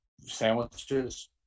sandwiches